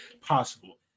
possible